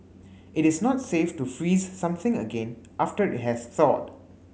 it is not safe to freeze something again after it has thawed